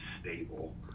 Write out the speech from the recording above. stable